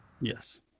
Yes